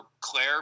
Claire